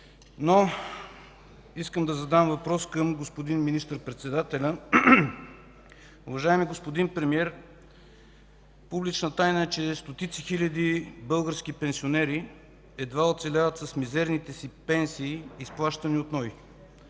Искам да задам въпрос към господин Министър-председателя. Уважаеми господин Премиер, публична тайна е, че стотици хиляди български пенсионери едва оцеляват с мизерните си пенсии, изплащани от НОИ.